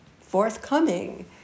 forthcoming